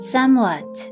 Somewhat